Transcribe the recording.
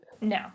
No